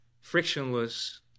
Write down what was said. frictionless